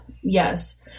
Yes